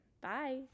bye